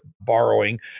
borrowing